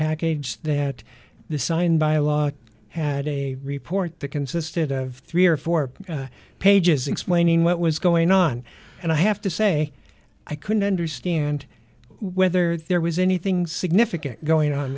package that the sign by law had a report that consisted of three or four pages explaining what was going on and i have to say i couldn't understand whether there was anything significant going on